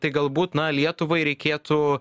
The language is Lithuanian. tai galbūt na lietuvai reikėtų